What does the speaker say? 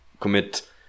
Commit